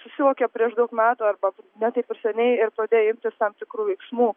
susivokė prieš daug metų arba ne taip ir seniai ir pradėjo imtis tam tikrų veiksmų